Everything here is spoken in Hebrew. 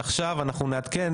עכשיו אנחנו נעדכן,